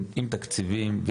עם תקציבים,